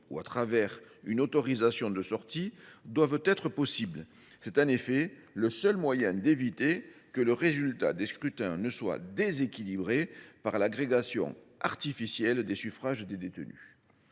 délivrance d’une autorisation de sortir. C’est en effet le seul moyen d’éviter que le résultat des scrutins ne soit déséquilibré par l’agrégation artificielle des suffrages des détenus.